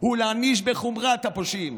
ולהעניש בחומרה את הפושעים.